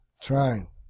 Trying